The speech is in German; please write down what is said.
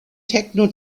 techno